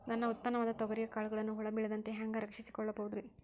ನನ್ನ ಉತ್ಪನ್ನವಾದ ತೊಗರಿಯ ಕಾಳುಗಳನ್ನ ಹುಳ ಬೇಳದಂತೆ ಹ್ಯಾಂಗ ರಕ್ಷಿಸಿಕೊಳ್ಳಬಹುದರೇ?